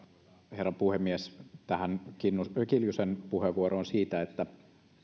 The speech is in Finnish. herra puhemies tähän kiljusen kiljusen puheenvuoroon siitä että